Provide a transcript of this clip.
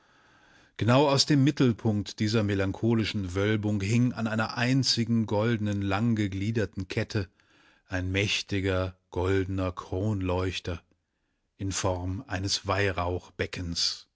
genau aus dem mittelpunkte dieser melancholischen wölbung hing an einer einzigen goldenen langgegliederten kette ein mächtiger goldener kronleuchter in form eines